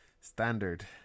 standard